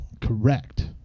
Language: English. Correct